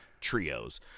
trios